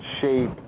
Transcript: shape